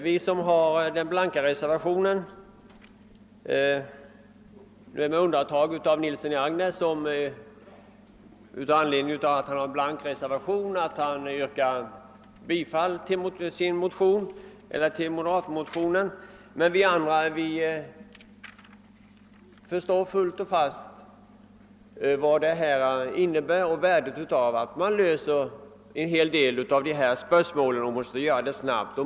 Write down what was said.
Vi som står för den blanka reservationen — jag undantar herr Nilsson i Agnäs, som yrkar bifall till motionen av ledamöter av moderata samlingspartiet — förstår väl frågans vikt samt betydelsen av att man löser dessa spörsmål och gör det snabbt.